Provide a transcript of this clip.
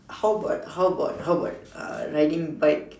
how about how about how about uh riding bike